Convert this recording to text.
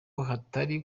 hatari